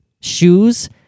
shoes